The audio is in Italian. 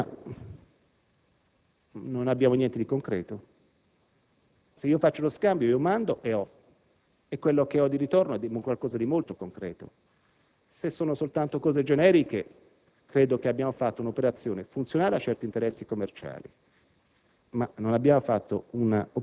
va tutto bene, però non abbiamo niente di concreto. Se faccio uno scambio, mando e ho, e quello che ho di ritorno è un qualcosa di molto concreto. Se sono soltanto cose generiche, a mio avviso abbiamo fatto un'operazione funzionale a certi interessi commerciali,